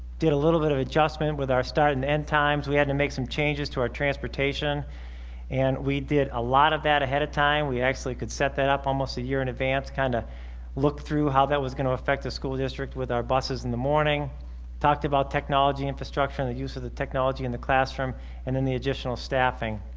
did a little bit of adjustment with our start and end times we had to make some changes to our transportation and we did a lot of that ahead of time we actually could set that up almost a year in advance kind of look through how that was going to affect the school district with our buses in the morning talked about technology infrastructure and the use of the technology in the classroom and then the additional staffing